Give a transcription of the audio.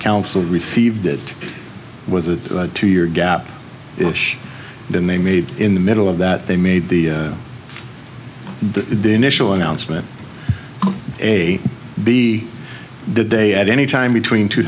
council received it was a two year gap then they made in the middle of that they made the the initial announcement a b day at any time between two